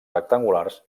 rectangulars